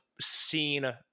seen